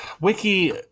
Wiki